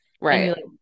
right